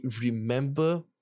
remember